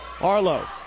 Arlo